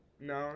no